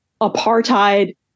apartheid